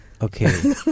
Okay